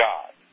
God